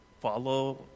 Follow